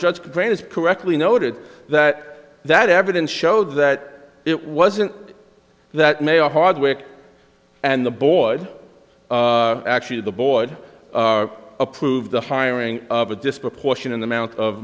judge grants correctly noted that that evidence show that it wasn't that may or hardwick and the board actually the board approved the hiring of a disproportionate amount of